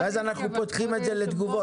ואז אנחנו פותחים את זה לתגובות.